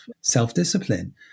self-discipline